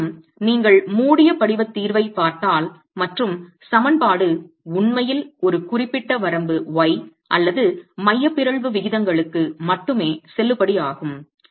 இருப்பினும் நீங்கள் மூடிய படிவத் தீர்வைப் பார்த்தால் மற்றும் சமன்பாடு உண்மையில் ஒரு குறிப்பிட்ட வரம்பு y அல்லது மைய பிறழ்வு விகிதங்களுக்கு மட்டுமே செல்லுபடியாகும்